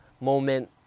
moment